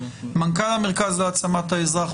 מנכ"ל המרכז להעצמת האזרח,